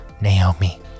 naomi